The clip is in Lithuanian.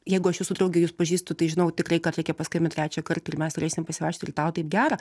jeigu aš jūsų draugė jus pažįstu tai žinau tikrai kad reikia paskambint trečiąkart ir mes turėsim pasivaikščiot ir tau taip gera